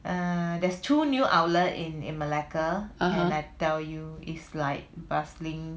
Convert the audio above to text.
(uh huh)